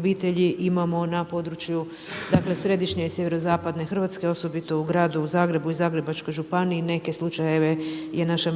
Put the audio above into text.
obitelji imamo na području središnje i SZ Hrvatske, osobito u gradu Zagrebu i Zagrebačkoj županiji, neke slučajeve je naša